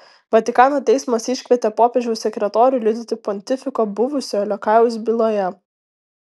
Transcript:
vatikano teismas iškvietė popiežiaus sekretorių liudyti pontifiko buvusio liokajaus byloje